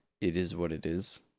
it-is-what-it-is